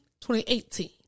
2018